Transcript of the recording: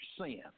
sin